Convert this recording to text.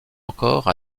encore